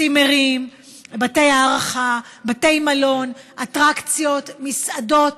צימרים, בתי הארחה, בתי מלון, אטרקציות, מסעדות.